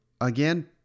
Again